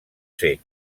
ser